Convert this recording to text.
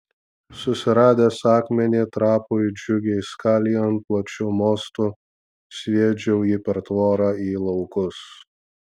susiradęs akmenį trapui džiugiai skalijant plačiu mostu sviedžiau jį per tvorą į laukus